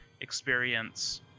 experience